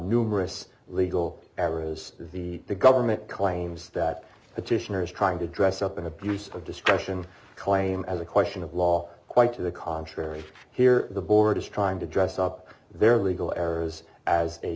numerous legal ever as the the government claims that petitioners trying to dress up an abuse of discretion claim as a question of law quite to the contrary here the board is trying to dress up their legal errors as a